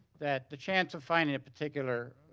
that the chance of finding a particular